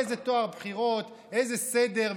איזה טוהר בחירות’ איזה סדר?